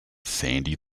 sandy